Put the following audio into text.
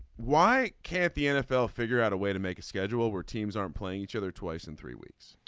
why can't the nfl figure out a way to make a schedule where teams aren't playing each other twice in three weeks.